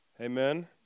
Amen